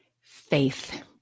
Faith